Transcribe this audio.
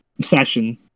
session